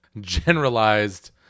generalized